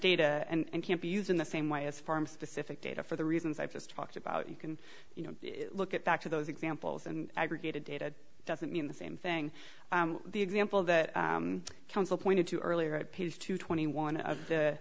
data and can't be used in the same way as farm specific data for the reasons i just talked about you can you know look at back to those examples and aggregated data doesn't mean the same thing the example that council pointed to earlier appears to twenty one of the